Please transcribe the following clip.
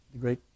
Great